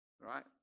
Right